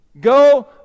Go